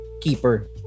keeper